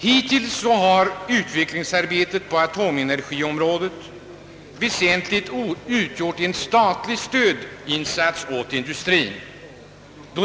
Hittills har utvecklingsarbetet på atomenergiområdet väsentligen utgjort en statlig stödinsats åt industrien.